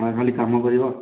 ଆମେ ଖାଲି କାମ କରିବା